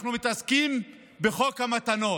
אנחנו מתעסקים בחוק המתנות.